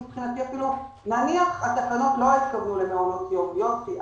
נניח שהתקנות --- יופי,